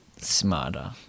smarter